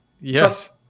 Yes